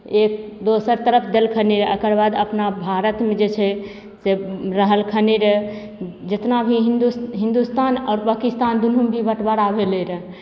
एक दोसर तरफ देलखिन रऽ एकर बाद अपना भारतमे जे छै से रहलखिन रऽ जेतना भी हिन्दूस हिन्दुस्तान आओर पाकिस्तान दुनू भी बँटवारा भेलय रऽ